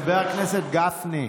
חבר הכנסת גפני.